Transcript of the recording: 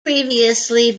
previously